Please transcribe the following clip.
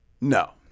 No